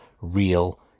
real